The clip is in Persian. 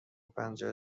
پنجاه